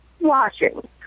watching